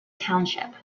township